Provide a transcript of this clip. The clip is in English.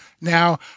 Now